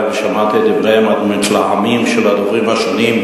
ושמעתי את דבריהם המתלהמים של הדוברים השונים,